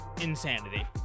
insanity